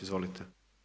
Izvolite.